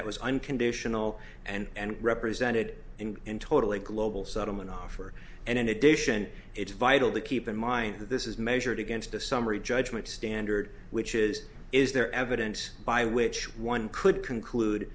that was unconditional and represented and in total a global settlement offer and in addition it's vital to keep in mind that this is measured against a summary judgment standard which is is there evidence by which one could conclude